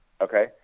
okay